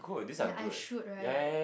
ya I should right